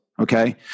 okay